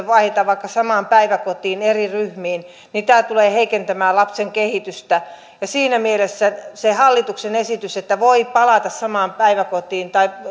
vaihdetaan vaikka samaan päiväkotiin eri ryhmiin niin tämä tulee heikentämään lapsen kehitystä siinä mielessä sitä hallituksen esitystä että voi palata samaan päiväkotiin tai